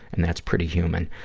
and that's pretty human.